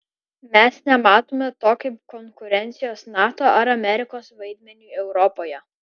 mes nematome to kaip konkurencijos nato ar amerikos vaidmeniui europoje